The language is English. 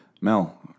Mel